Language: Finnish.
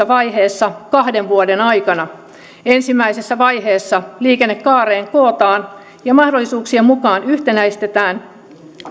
vaiheessa kahden vuoden aikana ensimmäisessä vaiheessa liikennekaareen kootaan ja mahdollisuuksien mukaan yhtenäistetään